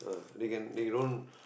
they can they don't